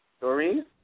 Doreen